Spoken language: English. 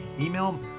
email